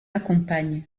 accompagne